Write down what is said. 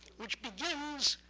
which begins,